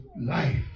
life